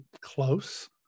close